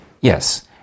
Yes